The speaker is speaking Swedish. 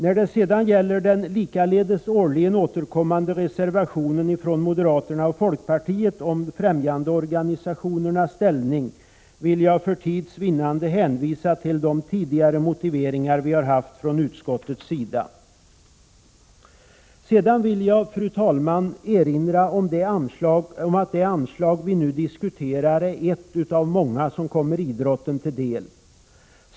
När det gäller den likaledes årligen återkommande reservationen från moderaterna och folkpartiet om de s.k. främjandeorganisationernas ställning vill jag för tids vinnande hänvisa till tidigare motivering från utskottets sida. Sedan vill jag, fru talman, erinra om att det anslag vi nu diskuterar är ett av många som kommer idrotten till del.